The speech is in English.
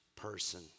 person